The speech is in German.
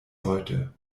heute